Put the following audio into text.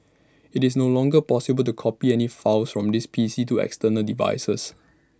IT is no longer possible to copy any files from these PCs to external devices